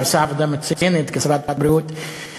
והיא עושה עבודה מצוינת כשרת הבריאות,